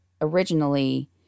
originally